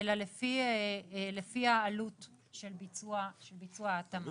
אלא לפי העלות של ביצוע ההתאמה.